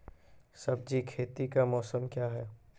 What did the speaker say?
सब्जी खेती का मौसम क्या हैं?